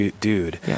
dude